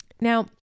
Now